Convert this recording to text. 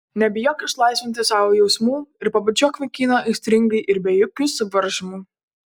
nebijok išlaisvinti savo jausmų ir pabučiuok vaikiną aistringai ir be jokių suvaržymų